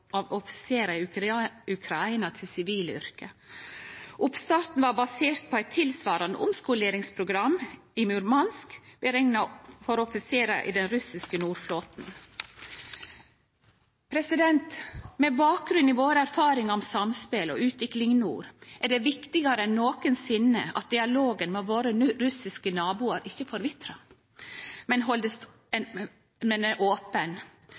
Ukraina til sivile yrke. Oppstarten var basert på eit tilsvarande omskoleringsprogram i Murmansk berekna for offiserar i den russiske Nordflåten. Med bakgrunn i våre erfaringar om samspel og utvikling i nord er det viktigare enn nokosinne at dialogen med våre russiske naboar ikkje forvitrar, men er open. Våre verdifulle erfaringar bør kunne setje Noreg i ein